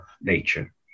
nature